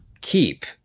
keep